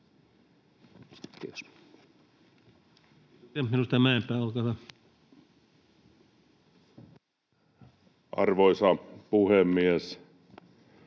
Arvoisa puhemies!